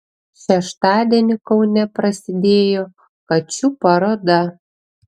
šeštadienį kaune prasidėjo kačių paroda